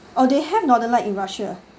oh they have northern light in russia